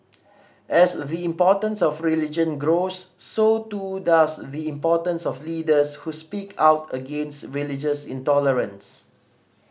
as the importance of religion grows so too does the importance of leaders who speak out against religious intolerance